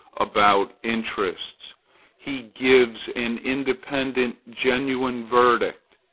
about interests he gives an independent, genuine verdict.